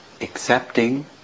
accepting